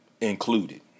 included